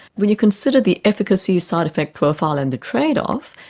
when you consider the efficacy, side-effect profile and the trade-off,